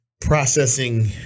processing